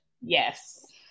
Yes